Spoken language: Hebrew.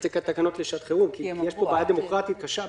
זה כתקנות לשעת חירום כי יש פה בעיה דמוקרטית קשה.